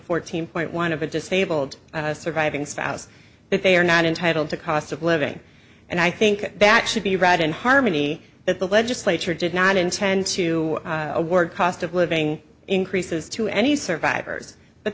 fourteen point one of a disabled surviving spouse that they are not entitled to cost of living and i think that should be read in harmony that the legislature did not intend to award cost of living increases to any survivors but